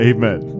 Amen